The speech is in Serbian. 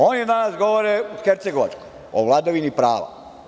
Oni danas govore o Hercegovačkoj, o vladavini prava.